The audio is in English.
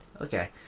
Okay